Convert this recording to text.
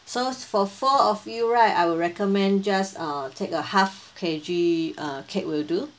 so s~ for four of you right I would recommend just uh take a half K_G uh cake will do